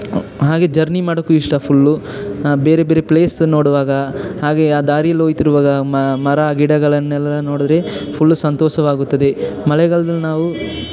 ಹಾಗೆ ಜರ್ನಿ ಮಾಡೋಕ್ಕೂ ಇಷ್ಟ ಫುಲ್ಲು ಬೇರೆ ಬೇರೆ ಪ್ಲೇಸ್ ನೋಡುವಾಗ ಹಾಗೆ ಆ ದಾರಿಯಲ್ಲಿ ಹೋಗ್ತಿರುವಾಗ ಮರ ಗಿಡಗಳನ್ನೆಲ್ಲ ನೋಡಿದ್ರೆ ಫುಲ್ಲು ಸಂತೋಷವಾಗುತ್ತದೆ ಮಳೆಗಾಲ್ದಲ್ಲಿ ನಾವು